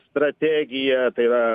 strategiją tai yra